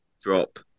drop